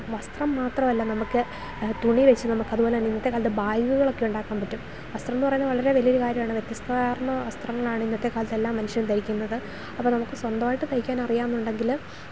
വസ്ത്രം മാത്രമല്ല നമുക്ക് തുണി വച്ചു നമുക്ക് അതുപോലെ തന്നെ ഇന്നത്തെ കാലത്ത് ബാഗുകളൊക്കെ ഉണ്ടാക്കാൻ പറ്റും വസ്ത്രം എന്നു പറയുന്നത് വളരെ വലിയ ഒരു കാര്യമാണ് വ്യത്യസ്തതയാർന്ന വസ്ത്രങ്ങളാണ് ഇന്നത്തെ കാലത്ത് എല്ലാ മനുഷ്യരും ധരിക്കുന്നത് അപ്പം നമുക്ക് സ്വന്തമായിട്ട് തയ്ക്കാൻ അറിയാമെന്നുണ്ടങ്കിൽ